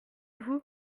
vous